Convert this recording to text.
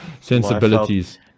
sensibilities